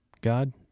God